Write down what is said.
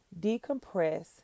decompress